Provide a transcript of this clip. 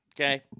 Okay